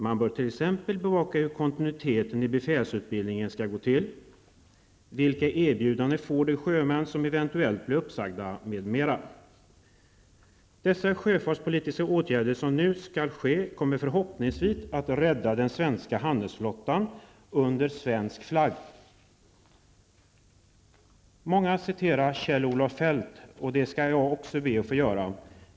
Man bör t.ex. bevaka hur kontinuiteten i befälsutbildningen skall kunna upprätthållas, vilka erbjudanden som de sjömän som eventuellt blir uppsagda får, m.m. De sjöfartspolitiska åtgärder som nu skall vidas kommer förhoppningsvis att rädda den svenska handelsflottan kvar under svensk flagg. Många citerar Kjell-Olof Feldt, och det skall jag också be att få göra.